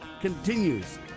continues